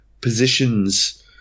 positions